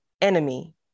enemy